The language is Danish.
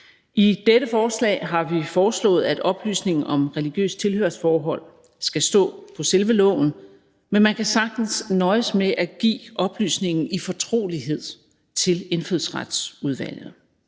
I dette forslag har vi foreslået, at oplysningen om religiøst tilhørsforhold skal stå på selve lovforslaget, men man kan sagtens nøjes med at give oplysningen i fortrolighed til Indfødsretsudvalget.